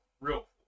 Real